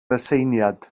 aseiniad